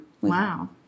Wow